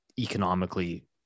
economically